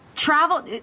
Travel